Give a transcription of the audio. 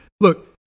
Look